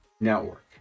network